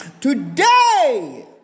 today